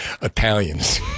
Italians